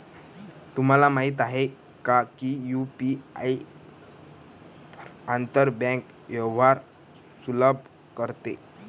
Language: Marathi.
तुम्हाला माहित आहे का की यु.पी.आई आंतर बँक व्यवहार सुलभ करते?